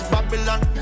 Babylon